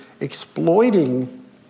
exploiting